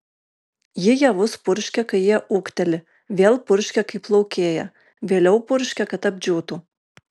ji javus purškia kai jie ūgteli vėl purškia kai plaukėja vėliau purškia kad apdžiūtų